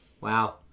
wow